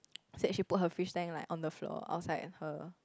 said she put her fish tank like on the floor I was like at her